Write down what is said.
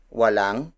walang